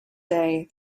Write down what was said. day